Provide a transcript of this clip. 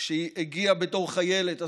שהיא הגיעה בתור חיילת,